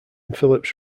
phillips